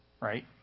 right